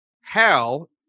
Hal